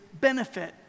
benefit